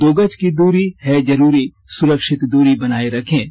दो गज की दूरी है जरूरी सुरक्षित दूरी बनाए रखें